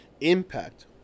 Impact